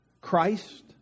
Christ